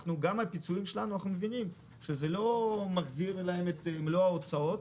אנחנו מבינים שגם הפיצויים לא מחזירים להם את מלוא ההוצאות,